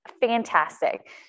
fantastic